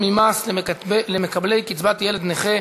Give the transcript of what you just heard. אין מתנגדים,